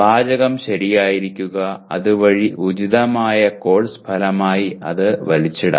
വാചകം ശരിയാക്കുക അതുവഴി ഉചിതമായ കോഴ്സ് ഫലമായി അത് വലിച്ചിടാം